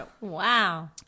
Wow